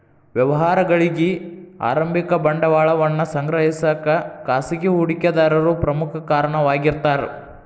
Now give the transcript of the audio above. ವ್ಯವಹಾರಗಳಿಗಿ ಆರಂಭಿಕ ಬಂಡವಾಳವನ್ನ ಸಂಗ್ರಹಿಸಕ ಖಾಸಗಿ ಹೂಡಿಕೆದಾರರು ಪ್ರಮುಖ ಕಾರಣವಾಗಿರ್ತಾರ